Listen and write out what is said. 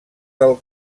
del